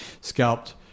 Scalped